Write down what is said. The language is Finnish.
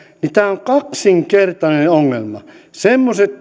niin tämä on kaksinkertainen ongelma semmoiset